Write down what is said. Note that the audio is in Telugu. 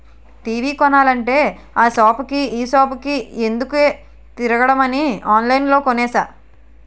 టీ.వి కొనాలంటే ఆ సాపుకి ఈ సాపుకి ఎందుకే తిరగడమని ఆన్లైన్లో కొనేసా